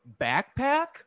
backpack